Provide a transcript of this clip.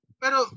pero